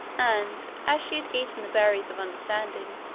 and, as she had eaten the berries of understanding,